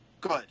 Good